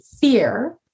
fear